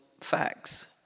facts